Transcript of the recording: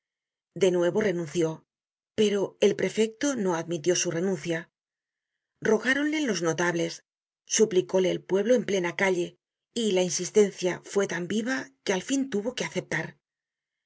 de nuevo renunció pero el prefecto no admitió su renuncia rogáronle los notables suplicóle el pueblo en plena calle y la insistencia fue tan viva que al fin tuvo que aceptar